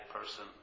person